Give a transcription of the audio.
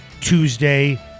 Tuesday